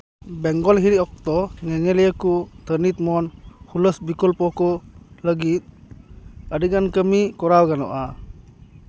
ᱵᱮᱝᱜᱚᱞ ᱦᱤᱨᱤ ᱚᱠᱛᱚ ᱧᱮᱧᱮᱞᱤᱭᱟᱹ ᱠᱚ ᱛᱷᱟᱹᱱᱤᱛ ᱢᱚᱱ ᱦᱩᱞᱟᱹᱥ ᱵᱤᱠᱚᱞᱯᱚ ᱠᱚ ᱞᱟᱹᱜᱤᱫ ᱟᱹᱰᱤᱜᱟᱱ ᱠᱟᱹᱢᱤ ᱠᱚᱨᱟᱣ ᱜᱟᱱᱚᱜᱼᱟ